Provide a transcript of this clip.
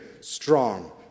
strong